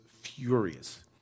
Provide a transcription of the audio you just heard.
furious